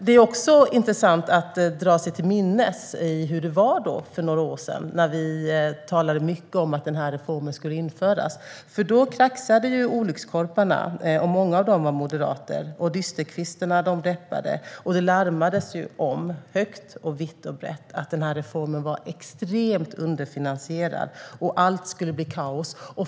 Det är också intressant att dra sig till minnes hur det var för några år sedan, när vi talade mycket om att reformen skulle införas. Då kraxade olyckskorparna - många av dem var moderater - och dysterkvistarna deppade. Det larmades högt, vitt och brett om att reformen var extremt underfinansierad. Allt skulle bli kaos.